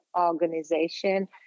organization